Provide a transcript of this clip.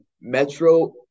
Metro